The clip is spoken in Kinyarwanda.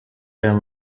aya